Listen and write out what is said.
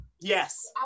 yes